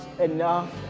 enough